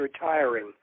retiring